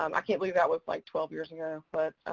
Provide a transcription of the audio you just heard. um i can't believe that was like twelve years ago, but